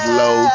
low